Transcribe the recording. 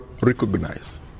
recognize